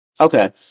Okay